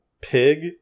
pig